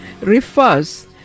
refers